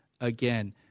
again